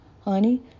honey